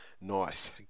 nice